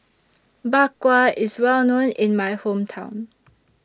Bak Kwa IS Well known in My Hometown